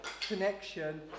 connection